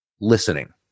listening